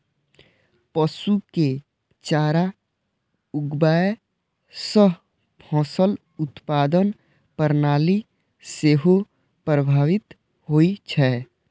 पशु के चारा उगाबै सं फसल उत्पादन प्रणाली सेहो प्रभावित होइ छै